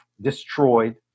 destroyed